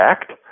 act